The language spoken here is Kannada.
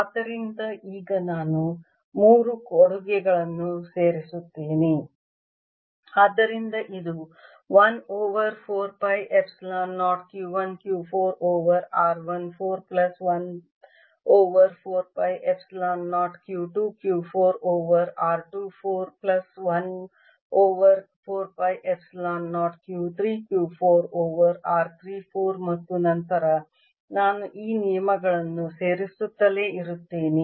ಆದ್ದರಿಂದ ಈಗ ನಾನು ಮೂರು ಕೊಡುಗೆಗಳನ್ನು ಸೇರಿಸುತ್ತೇನೆ ಆದ್ದರಿಂದ ಇದು 1 over 4 pi epsilon 0 Q 1 Q 4 over r 1 4 plus 1 over 4 pi epsilon 0 Q 2 Q 4 over r 2 4 plus 1 over 4 pi epsilon 0 Q 3 Q 4 over r 3 4 ಮತ್ತು ನಂತರ ನಾನು ಈ ನಿಯಮಗಳನ್ನು ಸೇರಿಸುತ್ತಲೇ ಇರುತ್ತೇನೆ